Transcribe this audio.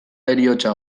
heriotza